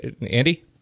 Andy